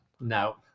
No